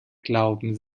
glauben